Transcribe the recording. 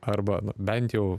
arba nu bent jau